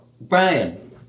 Brian